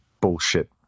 bullshit